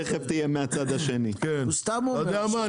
אתה יודע מה?